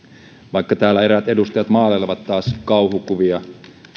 vaikka täällä eräät edustajat maalailevat taas kauhukuvia